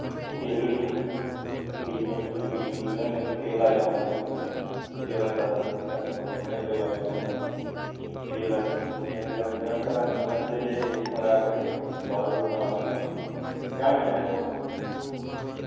कोई तेल होई गेआ क्रीम लभदी क्रीम नेईं ते तेल लाई लैना मूहें गी फिर अस जादा खुश रौहन्ने तेल लाई लैन्ने मूहें गी तेल लाई लैन्ने ते जिसलै अस घरा दा निकलने ते घरै आह्ले आखदे कि बाह्र कुतै जाना तुसें ध्यान कन्नै जाएओ